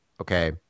okay